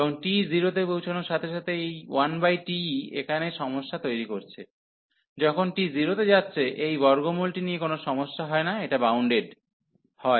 এবং t 0 তে পৌঁছানোর সাথে সাথে এই 1t ই এখানে সমস্যা তৈরি করছে যখন t 0 তে যাচ্ছে এই বর্গমূলটি নিয়ে কোন সমস্যা হয় না এটা বাউন্ডেড হয়